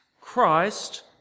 Christ